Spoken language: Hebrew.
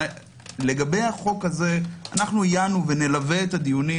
לגבי החוק הזה, עיינו ונלווה את הדיונים.